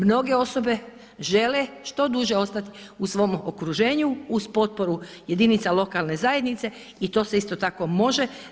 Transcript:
Mnoge osobe žele što duže ostati u svom okruženju uz potporu jedinica lokalne zajednice i to se isto tako može.